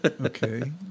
Okay